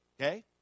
Okay